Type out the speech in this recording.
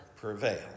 prevail